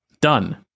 done